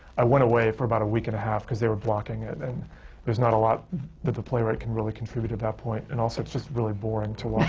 i went away for about a week and a half, because they were blocking it, and there's not a lot that the playwright can really contribute at that point, and also it's just really boring to watch